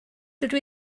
dydw